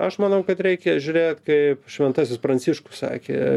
aš manau kad reikia žiūrėt kaip šventasis pranciškus sakė